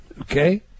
Okay